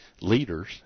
leaders